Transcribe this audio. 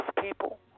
people